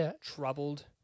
troubled